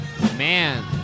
Man